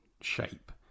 shape